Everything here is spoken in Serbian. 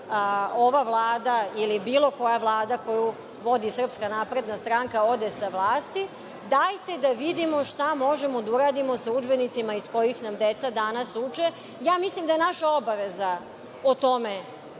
ova Vlada ili bilo koja Vlada koju vodi Srpska napredna stranka ode sa vlasti, dajte da vidimo šta možemo da uradimo sa udžbenicima iz kojih nam deca danas uče. Ja mislim da je naša obaveza o tome